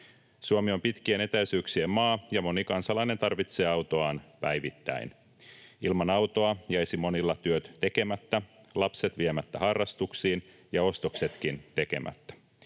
Suomi on pitkien etäisyyksien maa, ja moni kansalainen tarvitsee autoaan päivittäin. Ilman autoa jäisivät monilla työt tekemättä, lapset viemättä harrastuksiin ja ostoksetkin tekemättä.